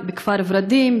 בכפר ורדים,